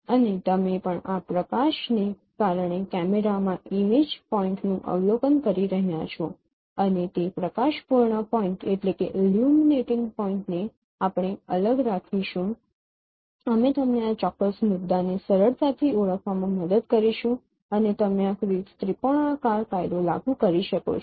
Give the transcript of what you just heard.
અને તમે પણ આ પ્રકાશને કારણે કેમેરામાં ઇમેજ પોઇન્ટનું અવલોકન કરી રહ્યાં છો અને તે પ્રકાશપૂર્ણ પોઈન્ટ ને આપણે અલગ રાખીશું અમે તમને આ ચોક્કસ મુદ્દાને સરળતાથી ઓળખવામાં મદદ કરીશું અને તમે આ ત્રિકોણાકાર કાયદો લાગુ કરી શકો છો